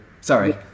sorry